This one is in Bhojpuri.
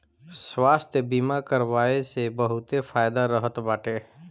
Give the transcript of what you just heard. स्वास्थ्य बीमा करवाए से बहुते फायदा रहत बाटे